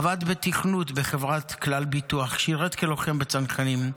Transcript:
עבד בתכנות בחברת כלל ביטוח, שירת כלוחם בצנחנים.